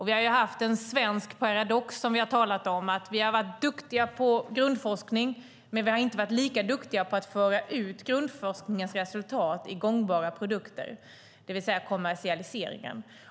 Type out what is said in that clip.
Vi har talat om en svensk paradox, att vi har varit duktiga på grundforskning, men vi har inte varit lika duktiga på att föra ut grundforskningens resultat i gångbara produkter, det vill säga kommersialiseringen.